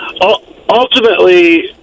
Ultimately